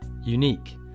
unique